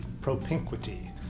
propinquity